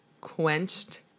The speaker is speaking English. quenched